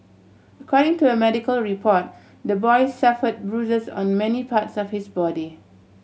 according to a medical report the boy suffered bruises on many parts of his body